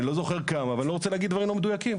אני לא זוכר כמה ואני לא רוצה להגיד דברים לא מדויקים.